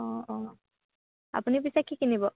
অঁ অঁ আপুনি পিছে কি কিনিব